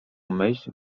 myśl